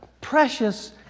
precious